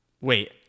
Wait